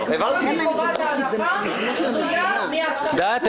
הצבעה בעד פטור מחובת הנחה תלויה בהסכמה בהסתייגות.